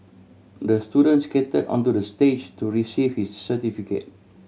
the student skated onto the stage to receive his certificate